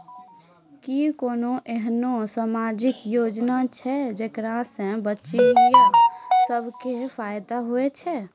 कि कोनो एहनो समाजिक योजना छै जेकरा से बचिया सभ के फायदा होय छै?